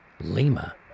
Lima